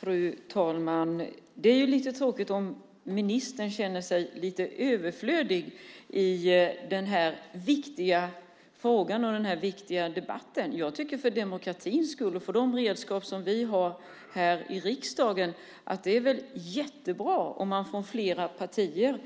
Fru talman! Det är ju tråkigt om ministern känner sig lite överflödig i den här viktiga frågan och den här viktiga debatten. Jag tycker för demokratins skull och för de redskaps skull som vi har här i riksdagen att det väl är jättebra om man kommer från flera partier